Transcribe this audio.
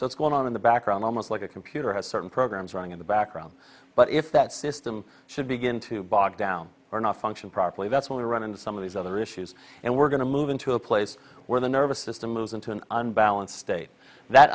it's going on in the background almost like a computer has certain programs running in the background but if that system should begin to bog down or not function properly that's when we run into some of these other issues and we're going to move into a place where the nervous system moves into an unbalanced state that